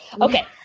Okay